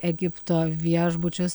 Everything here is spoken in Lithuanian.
egipto viešbučius